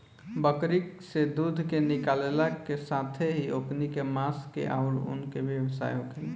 बकरी से दूध के निकालला के साथेही ओकनी के मांस के आउर ऊन के भी व्यवसाय होखेला